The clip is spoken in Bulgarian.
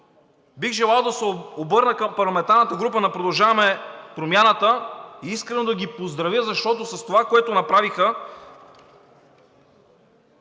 Бих желал да се обърна към парламентарната група на „Продължаваме Промяната“ и искрено да ги поздравя, защото с това, което направиха